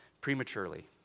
prematurely